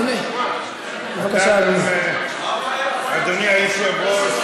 אדוני, אדוני, אדוני, אדוני יושב-ראש,